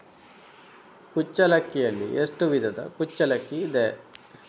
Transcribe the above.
ಕುಚ್ಚಲಕ್ಕಿಯಲ್ಲಿ ಎಷ್ಟು ವಿಧದ ಕುಚ್ಚಲಕ್ಕಿ ಇದೆ?